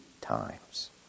times